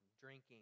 drinking